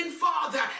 father